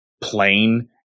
plain